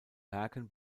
werken